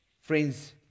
Friends